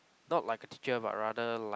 not like a teacher but rather like